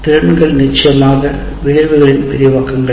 திறன்கள் நிச்சயமாக விளைவுகளின் விரிவாக்கங்கள்